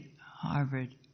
Harvard